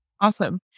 Awesome